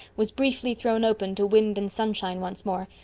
was briefly thrown open to wind and sunshine once more,